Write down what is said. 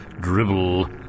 Dribble